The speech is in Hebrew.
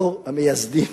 דור המייסדים